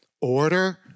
order